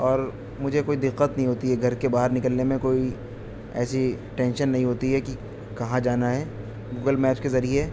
اور مجھے کوئی دقت نہیں ہوتی ہے گھر کے باہر نکلنے میں کوئی ایسی ٹینشن نہیں ہوتی ہے کہ کہاں جانا ہے گوگل میپس کے ذریعے